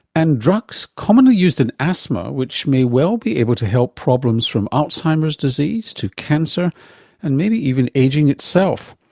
and drugs commonly used in asthma which may well be able to help problems from alzheimer's disease to cancer and maybe even ageing itself.